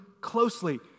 closely